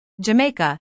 Jamaica